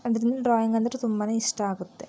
ಅದರಿಂದ ಡ್ರಾಯಿಂಗ್ ಅಂದರೆ ತುಂಬ ಇಷ್ಟ ಆಗುತ್ತೆ